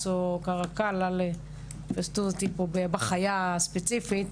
או קרקל אל תתפסו אותי במילה הספציפית,